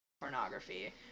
pornography